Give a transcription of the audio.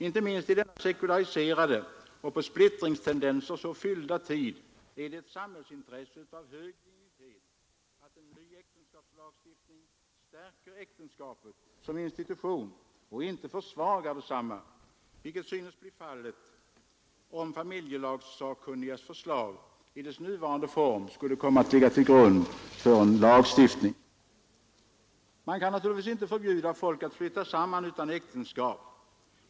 Inte minst i denna sekulariserade och av splittringstendenser så fyllda tid är det ett samhällsintresse av hög dignitet att en ny äktenskapslagstiftning stärker äktenskapet som institution och inte försvagar detsamma, vilket synes bli fallet om familjelagssakkunnigas förslag i sin nuvarande form skulle komma att ligga till grund för en lagstiftning. Man kan naturligtvis inte förbjuda folk att flytta samman utan äktenskap.